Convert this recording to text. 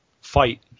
fight